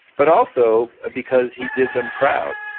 but also because he did them proud,